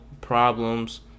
problems